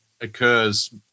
occurs